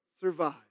survive